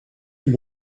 too